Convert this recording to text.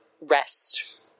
rest